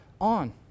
on